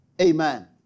Amen